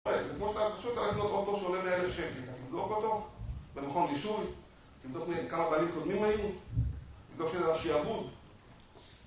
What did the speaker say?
כמו שאתה הולך לקנות אוטו שעולה מ-1,000 שקל אתה תבדוק אותו במכון רישוי? תבדוק כמה בעלים קודמים היו? תבדוק שאין עליו שיעבוד?